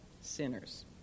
sinners